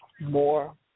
more